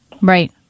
Right